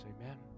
Amen